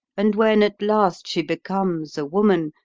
and when at last she becomes a woman,